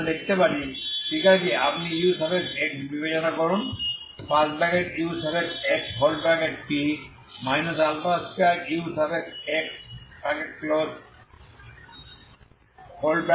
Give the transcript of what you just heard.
যা আমরা দেখতে পারি ঠিক আছে আপনি uxবিবেচনা করুন t 2xx0